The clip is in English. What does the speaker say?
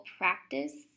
practice